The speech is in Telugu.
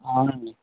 అవునండి